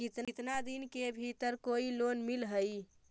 केतना दिन के भीतर कोइ लोन मिल हइ?